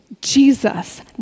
Jesus